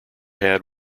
had